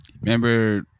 remember